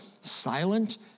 silent